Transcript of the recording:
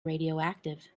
radioactive